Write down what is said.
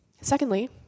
Secondly